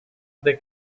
they